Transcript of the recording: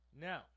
Now